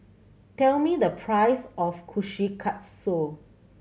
tell me the price of Kushikatsu